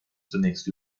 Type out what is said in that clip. zunächst